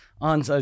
on